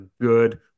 good